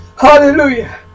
hallelujah